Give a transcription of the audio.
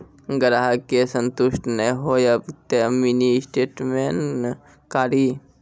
ग्राहक के संतुष्ट ने होयब ते मिनि स्टेटमेन कारी?